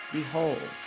Behold